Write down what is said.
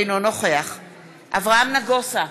אינו נוכח אברהם נגוסה,